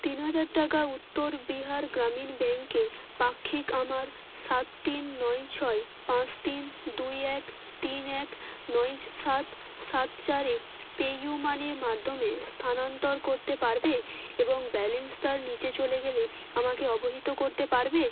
তিন হাজার টাকা উত্তর বিহার গ্রামীণ ব্যাংকে পাক্ষিক আমার সাত তিন নয় ছয় পাঁচ তিন দুই এক তিন এক নয় সাত সাত চারে পেইউমানির মাধ্যমে স্থানান্তর করতে পারবে এবং ব্যালেন্স তার নিচে চলে গেলে আমাকে অবহিত করতে পারবে